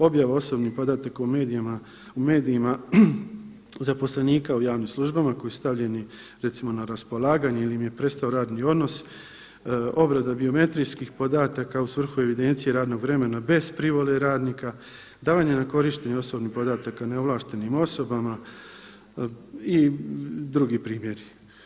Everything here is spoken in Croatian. Objava osobnih podataka u medijima zaposlenika u javnim službama koji su stavljeni recimo na raspolaganje ili im je prestao radni odnos, obrada biometrijskih podataka u svrhu evidencije radnog vremena bez privole radnika, davanje na korištenje osobnih podataka neovlaštenim osobama i drugi primjeri.